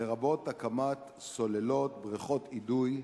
לרבות הקמת סוללות, בריכות אידוי,